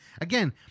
again